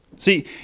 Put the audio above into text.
See